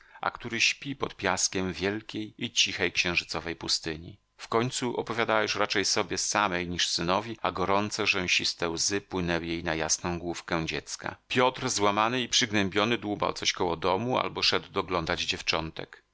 a który śpi pod piaskiem wielkiej i cichej księżycowej pustyni w końcu opowiadała już raczej sobie samej niż synowi a gorące rzęsiste łzy płynęły jej na jasną główkę dziecka piotr złamany i przygnębiony dłubał coś koło domu albo szedł doglądać dziewczątek ja